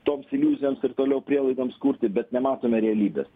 toms iliuzijoms ir toliau prielaidoms kurti bet nematome realybės